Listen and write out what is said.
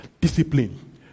discipline